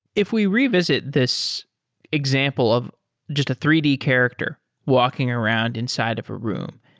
if we revisit this example of just a three d character walking around inside of a room,